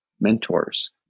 mentors